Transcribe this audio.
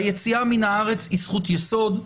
היציאה מן הארץ היא זכות יסוד.